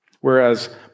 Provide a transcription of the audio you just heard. Whereas